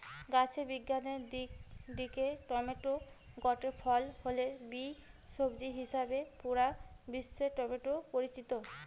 গাছের বিজ্ঞানের দিক দিকি টমেটো গটে ফল হলে বি, সবজি হিসাবেই পুরা বিশ্বে টমেটো পরিচিত